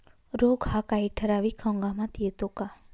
रोग हा काही ठराविक हंगामात येतो का?